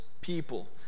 people